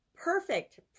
Perfect